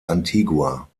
antigua